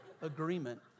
agreement